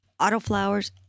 autoflowers